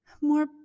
more